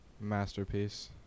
masterpiece